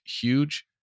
huge